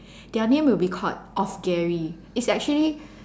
their name will be called of Gary it's actually